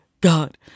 God